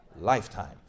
lifetime